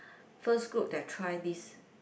first group that try this